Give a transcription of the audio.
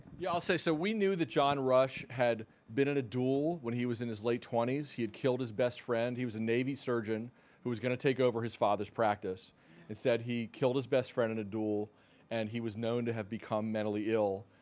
yeah, i'll say so we knew that john rush had been in a duel when he was in his late twenty s. he had killed his best friend. he was a navy surgeon who was gonna take over his father's practice and said he killed his best friend in and a duel and he was known to have become mentally ill.